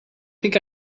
think